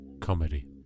Comedy